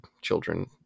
children